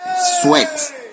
Sweat